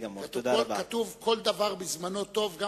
אבל כתוב: כל דבר בזמנו טוב.